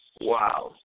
Wow